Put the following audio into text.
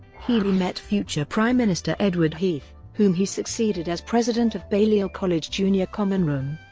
healey met future prime minister edward heath, whom he succeeded as president of balliol college junior common room,